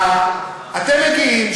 אתם מגיעים,